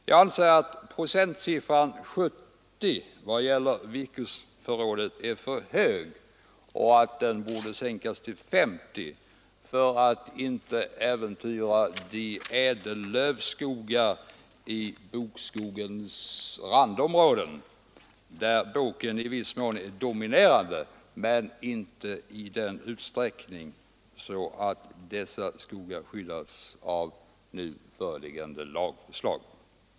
Jag anser att procentsiffran 70 i vad gäller virkesförrådet är för hög och att den borde sänkas till 50 för att man inte skall äventyra de ädellövskogar i bokskogens randområden där boken i viss mån är dominerande men inte i sådan utsträckning att dessa skogar skyddas av nu föreliggande lagförslag.